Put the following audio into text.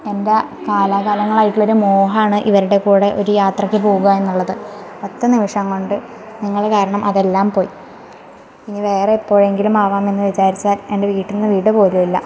എന്റെ കാലാകാലങ്ങളായിട്ടുള്ളൊരു മോഹമാണ് ഇവരുടെ കൂടെ ഒരു യാത്രക്ക് പോകാ എന്നുള്ളത് ഒറ്റ നിമിഷം കൊണ്ട് നിങ്ങൾ കാരണം അതെല്ലാം പോയി ഇനി വേറെ എപ്പോഴെങ്കിലുമാവാമെന്ന് വിചാരിച്ചാല് എന്റെ വീട്ടിന്ന് വിടുപോലുമില്ല